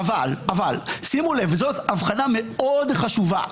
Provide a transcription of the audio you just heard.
אנחנו שוב עברנו נושא.